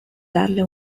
darle